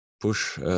push